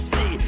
See